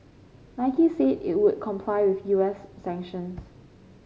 Nike said it would comply with U S sanctions